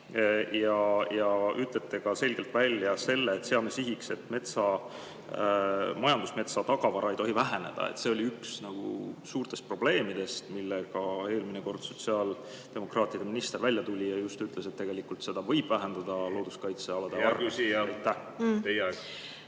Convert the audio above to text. Ütlete ka selgelt välja, et seate sihiks, et majandusmetsa tagavara ei tohi väheneda. See oli üks suurtest probleemidest, millega eelmine kord sotsiaaldemokraatide minister välja tuli ja ütles, et tegelikult võib seda looduskaitsealade arvel vähendada.